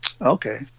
Okay